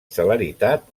celeritat